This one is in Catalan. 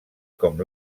com